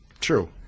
True